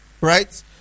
right